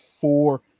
four